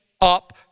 up